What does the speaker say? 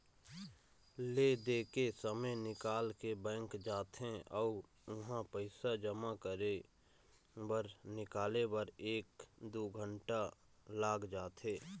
ले दे के समे निकाल के बैंक जाथे अउ उहां पइसा जमा करे बर निकाले बर एक दू घंटा लाग जाथे